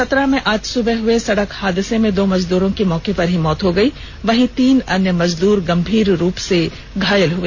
चतरा में आज सुबह हुए सड़क हादसे में दो मजदूरों की मौके पर ही मौत हो गई वहीं तीन अन्य मजदूर गंभीर रूप से घायल हो गए